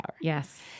Yes